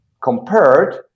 compared